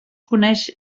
coneix